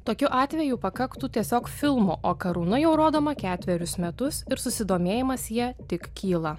tokiu atveju pakaktų tiesiog filmo o karūna jau rodoma ketverius metus ir susidomėjimas ja tik kyla